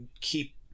keep